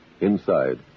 Inside